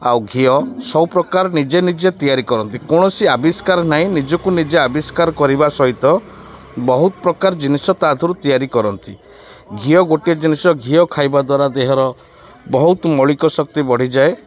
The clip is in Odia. ଆଉ ଘିଅ ସବୁପ୍ରକାର ନିଜେ ନିଜେ ତିଆରି କରନ୍ତି କୌଣସି ଆବିଷ୍କାର ନାହିଁ ନିଜକୁ ନିଜେ ଆବିଷ୍କାର କରିବା ସହିତ ବହୁତ ପ୍ରକାର ଜିନିଷ ତାଥିରୁ ତିଆରି କରନ୍ତି ଘିଅ ଗୋଟିଏ ଜିନିଷ ଘିଅ ଖାଇବା ଦ୍ୱାରା ଦେହର ବହୁତ ମୌଳିକ ଶକ୍ତି ବଢ଼ିଯାଏ